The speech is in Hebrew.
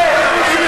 פעם